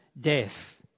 death